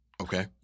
Okay